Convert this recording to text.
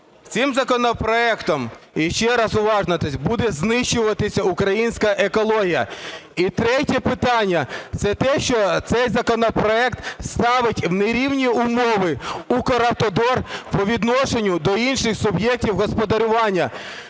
(ще раз, уважно) буде знищуватись українська екологія. І третє питання – це те, що цей законопроект ставить в нерівні умови Укравтодор по відношенню до інших суб'єктів господарювання.